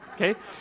okay